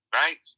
right